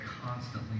constantly